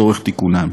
לצורך תיקונן.